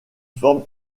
forme